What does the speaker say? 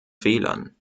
fehlern